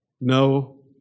No